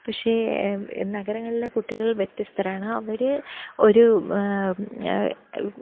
പക്ഷേ നഗരങ്ങളിലെ കുട്ടികൾ വ്യത്യസ്തരാണ് അവർ ഒരു